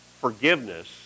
forgiveness